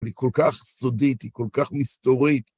היא כל כך סודית, היא כל כך מסתורית.